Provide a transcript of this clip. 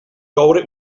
coure